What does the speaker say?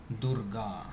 Durga